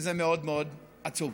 וזה מאוד מאוד עצוב.